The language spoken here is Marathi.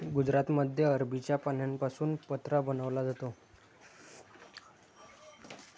गुजरातमध्ये अरबीच्या पानांपासून पत्रा बनवला जातो